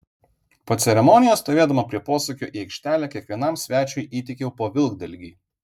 po ceremonijos stovėdama prie posūkio į aikštelę kiekvienam svečiui įteikiau po vilkdalgį